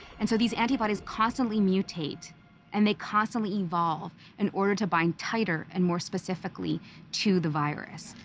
and so these antibodies constantly mutate and they constantly evolve in order to bind tighter and more specifically to the virus.